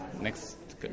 next